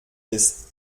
ist